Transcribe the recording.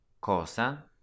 Cosa